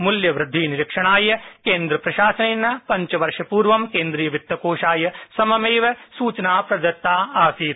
मूल्यवृद्धिनिरीक्षणाय केन्द्रप्रशासनेन पंचवर्षपूर्व केन्द्रीयवित्तकोषाय सममेव संसूचना प्रदत्तसीत्